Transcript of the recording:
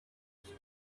asked